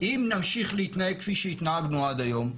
אם נמשיך להתנהג כפי שהתנהגנו עד היום,